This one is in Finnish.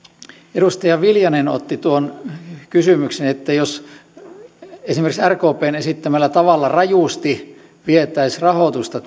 edustaja viljanen otti tuon kysymyksen siitä jos esimerkiksi rkpn esittämällä tavalla rajusti vietäisiin rahoitusta